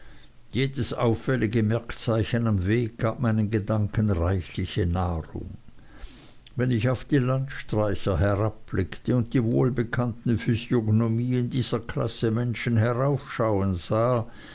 jedes auffällige merkzeichen am weg gab meinen gedanken reichliche nahrung wenn ich auf die landstreicher herabblickte und die wohlbekannten physiognomien dieser klasse menschen heraufschauen sah